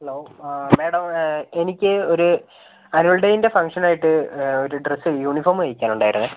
hello madam എനിക്ക് ഒര് annual ഡേയിൻ്റെ ഫങ്ക്ഷനായിട്ട് ഒര് ഡ്രസ്സ് ഒര് യൂണിഫോം തയ്ക്കാനുണ്ടായിരുന്നേ